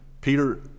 Peter